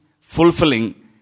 fulfilling